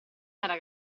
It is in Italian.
era